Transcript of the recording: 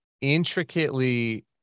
intricately